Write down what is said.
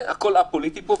הכול א-פוליטי פה.